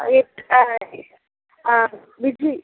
ஆ ஆ விஜி